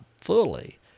fully